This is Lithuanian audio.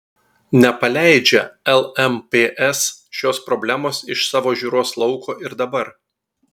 nepaleidžia lmps šios problemos iš savo žiūros lauko ir dabar